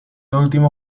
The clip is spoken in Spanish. último